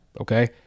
Okay